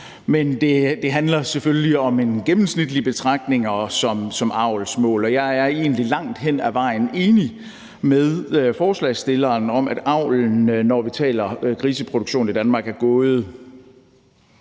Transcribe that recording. Men det handler selvfølgelig om en gennemsnitlig betragtning i forhold til avlsmål, og jeg er egentlig langt hen ad vejen enig med forslagsstillerne i, at avlen, når vi taler griseproduktion i Danmark, er gået